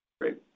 Great